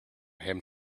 him